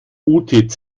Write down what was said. utz